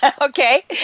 Okay